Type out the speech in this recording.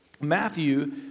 Matthew